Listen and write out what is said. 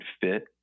fit